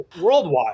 worldwide